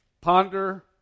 ponder